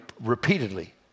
repeatedly